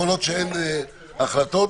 הבנתי שהתפרסמו דברים בשם שר המשפטים